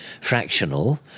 fractional